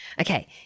Okay